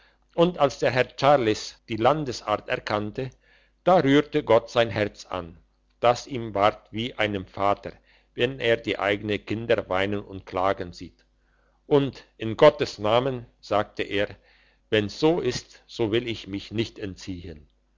und als der herr charles die landesart erkannte da rührte gott sein herz an dass ihm ward wie einem vater wenn er die eigenen kinder weinen und klagen sieht und in gottes namen sagte er wenn's so ist so will ich mich nicht entziehen